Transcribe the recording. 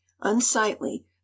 unsightly